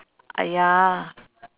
!aiya!